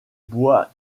bois